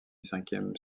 cinquième